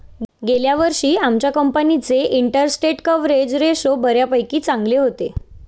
गेल्या वर्षी आमच्या कंपनीचे इंटरस्टेट कव्हरेज रेशो बऱ्यापैकी चांगले होते